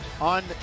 on